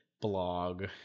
blog